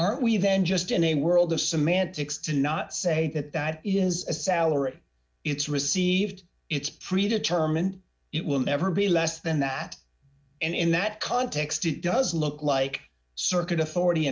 aren't we then just in a world of semantics to not say that that is a salary it's received it's pre determined it will never be less than that and in that context it does look like circuit authority